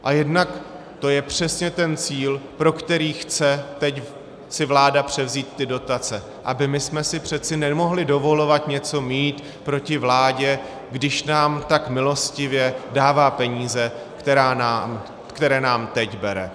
A jednak to je přesně ten cíl, pro který chce teď si vláda převzít ty dotace, abychom si přeci nemohli dovolovat něco mít proti vládě, když nám tak milostivě dává peníze, které nám teď bere.